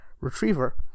retriever